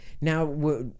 Now